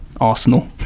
Arsenal